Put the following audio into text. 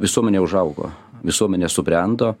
visuomenė užaugo visuomenė subrendo